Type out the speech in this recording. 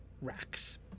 racks